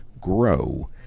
grow